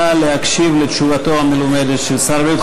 נא להקשיב לתשובתו המלומדת של שר הבריאות.